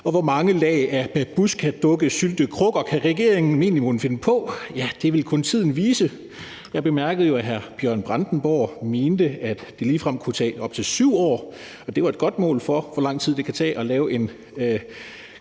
Hvor mange lag af babusjkadukkesyltekrukker kan regeringen mon egentlig finde på? Ja, det vil kun tiden vise. Jeg bemærkede jo, at hr. Bjørn Brandenborg mente, at det ligefrem kunne tage op til 7 år, og at det var et godt mål for, hvor lang tid det kan tage at lave en